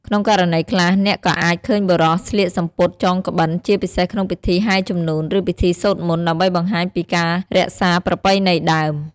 ក្នុងករណីខ្លះ អ្នកក៏អាចឃើញបុរសស្លៀកសំពត់ចងក្បិន ជាពិសេសក្នុងពិធីហែរជំនូន ឬពិធីសូត្រមន្ត ដើម្បីបង្ហាញពីការរក្សាប្រពៃណីដើម។